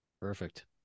Perfect